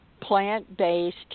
plant-based